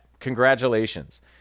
Congratulations